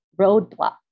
roadblock